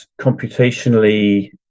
computationally